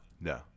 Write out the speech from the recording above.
no